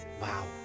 Wow